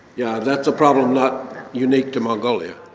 yeah, that's a problem not unique to mongolia.